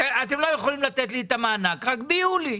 אתם לא יכולים לתת לי את המענק רק ביולי,